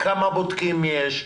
כמה בודקים יש,